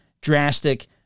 drastic